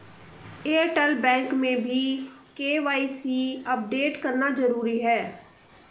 Airtel bank में भी KYC update करना जरूरी है